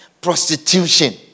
prostitution